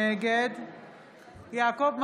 נגד יעקב מרגי,